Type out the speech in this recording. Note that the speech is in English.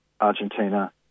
Argentina